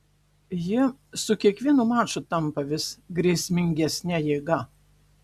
jie su kiekvienu maču tampa vis grėsmingesne jėga